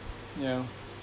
yeah